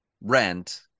rent